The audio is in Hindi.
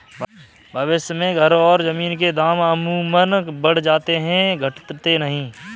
भविष्य में घर और जमीन के दाम अमूमन बढ़ जाते हैं घटते नहीं